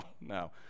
no